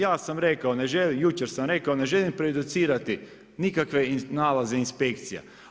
Ja sam rekao ne želim, jučer sam rekao ne želim preeducirati nikakve nalaze inspekcija.